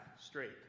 straight